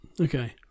Okay